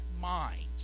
minds